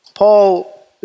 Paul